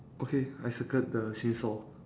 okay I circled the chainsaw